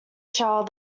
shall